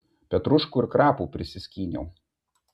petruškų ir krapų prisiskyniau